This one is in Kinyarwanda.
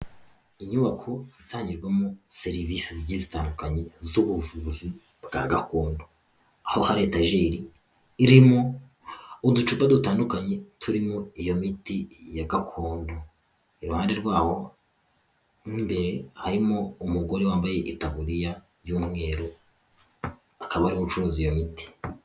Inyubako itangirwamo serivise bitandukanye z'ubuvuzi bwa gakondo, aho hari etajeri irimo uducupa dutandukanye turimo iyo miti ya gakondo, iruhande rw'aho mo imbere harimo umugore wambaye itabuririya y'umweru akaba ariwe ucuruza iyo miti.